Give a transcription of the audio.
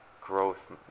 growth